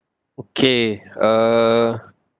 okay uh